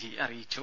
G അറിയിച്ചു